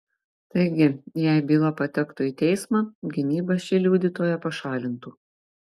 taigi jei byla patektų į teismą gynyba šį liudytoją pašalintų